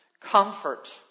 comfort